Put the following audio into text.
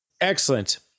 Excellent